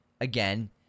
again